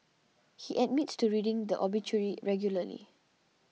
he admits to reading the obituary regularly